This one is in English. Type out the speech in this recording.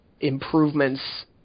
improvements